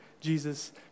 Jesus